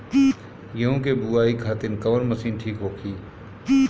गेहूँ के बुआई खातिन कवन मशीन ठीक होखि?